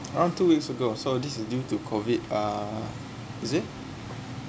around two weeks ago so this is due to COVID uh is it